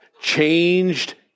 changed